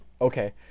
Okay